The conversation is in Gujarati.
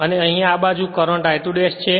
અને અહીં આ બાજુ કરંટ I2 ' છે